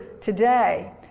today